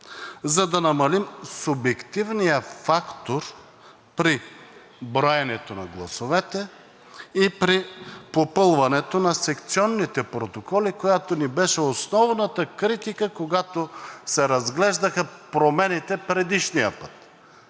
за да намалим субективния фактор при броенето на гласовете и при попълването на секционните протоколи, която ни беше основната критика, когато се разглеждаха промените предишния път